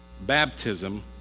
baptism